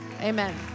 Amen